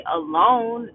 alone